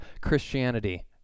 Christianity